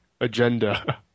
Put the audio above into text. agenda